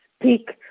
speak